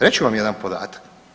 Reći ću vam jedan podatak.